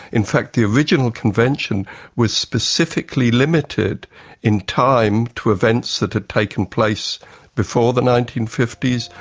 in fact the original convention was specifically limited in time to events that had taken place before the nineteen fifty s,